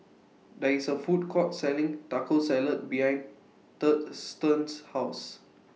There IS A Food Court Selling Taco Salad behind Thurston's House